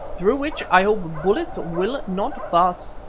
through which i hope bullets will not pass.